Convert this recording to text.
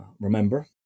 remember